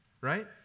right